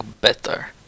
better